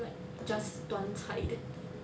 like just 端菜 that type